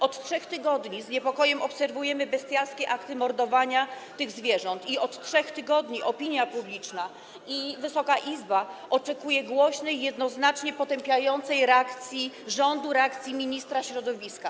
Od 3 tygodni z niepokojem obserwujemy bestialskie akty mordowania tych zwierząt i od 3 tygodni opinia publiczna i Wysoka Izba oczekują głośnej, jednoznacznie potępiającej reakcji rządu, reakcji ministra środowiska.